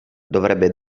dovrebbe